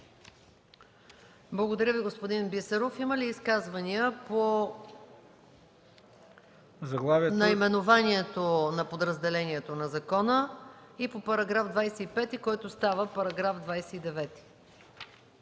Благодаря Ви, господин Бисеров. Има ли изказвания по наименованието на подразделението на закона и по § 25, който става § 29?